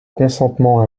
consentement